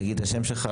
תן לו לדבר.